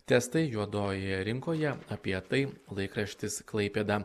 testai juodojoje rinkoje apie tai laikraštis klaipėda